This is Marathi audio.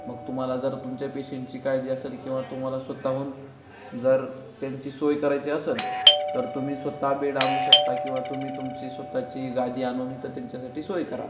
मग तुम्हाला जर तुमच्या पेशंटची काळजी असेल किंवा तुम्हाला स्वत हून जर त्यांची सोय करायची असेल तर तुम्ही स्वत बेड आणू शकता किंवा तुम्ही तुमची स्वत ची गादी आणून इथं त्यांच्यासाठी सोय करा